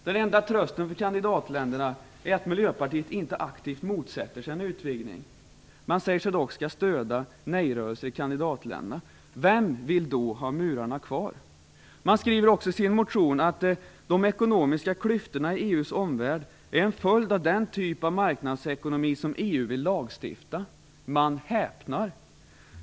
Den enda trösten för kandidatländerna är att Miljöpartiet inte aktivt motsätter sig en utvidgning. Man säger sig dock skall stödja nej-rörelser i kandidatländerna. Vem vill då ha murarna kvar? Man skriver också i sin motion att de ekonomiska klyftorna i EU:s omvärld är en följd av "den typ av marknadsekonomi som EU vill lagstifta om". Man häpnar.